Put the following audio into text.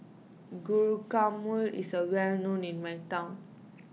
Guacamole is well known in my town